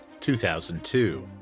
2002